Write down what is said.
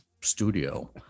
studio